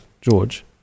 George